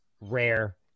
rare